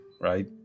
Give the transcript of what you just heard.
Right